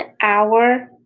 hour